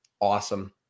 awesome